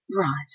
Right